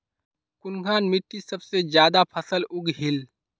कुनखान मिट्टी सबसे ज्यादा फसल उगहिल?